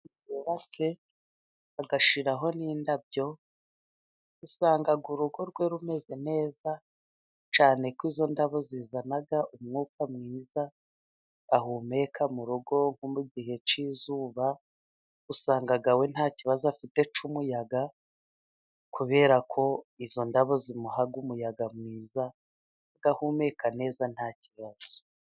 Umuntu wubatse agashyiraho n'indabo usanga urugo rwe rumeze neza, cyaneko izo ndabo zizana umwuka mwiza ahumeka mu rugo nko mu gihe cy'izuba, usanga we nta kibazo afite cy'umuyaga kuberako izo ndabo zimuha umuyaga mwiza agahumeka neza nta kibazo.